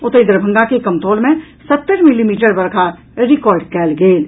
ओतहि दरभंगा के कमतौल मे सत्तरि मिलीमीटर वर्षा रिकॉर्ड कयल गेल अछि